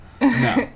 No